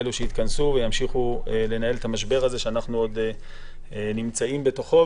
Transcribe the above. אלה שיתכנסו וימשיכו לנהל את המשבר הזה שאנחנו עוד נמצאים בתוכו.